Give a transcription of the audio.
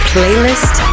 Playlist